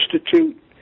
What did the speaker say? Institute